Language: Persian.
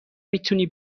میتونی